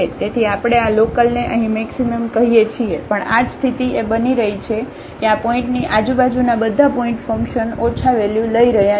તેથી આપણે આ લોકલને અહીં મેક્સિમમ કહીએ છીએ પણ આ જ સ્થિતી એ બની રહી છે કે આ પોઇન્ટની આજુબાજુના બધા પોઇન્ટ ફંકશન ઓછા વેલ્યુ લઈ રહ્યા છે